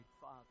Father